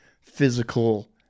physical